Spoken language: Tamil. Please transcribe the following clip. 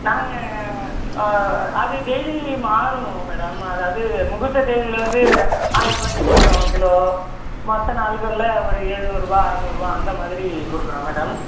நாங்கள் அது டெய்லி மாறும் மேடம் அதாவது முகூர்த்த தேதியில வந்து ஆயர்ரூவாய்க்கு கொடுக்குறோம் கிலோ மற்ற நாள்களில் ஒரு எழுநூறுரூவா அறுநூறுவா அந்த மாதிரி கொடுக்குறோம் மேடம்